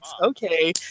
okay